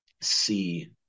see